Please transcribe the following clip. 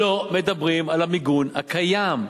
לא מדברים על המיגון הקיים?